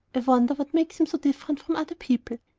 wonder what makes him so different from other people.